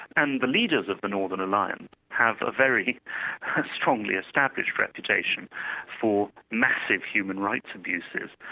and the leaders of the northern alliance have a very strongly established reputation for massive human rights abuses,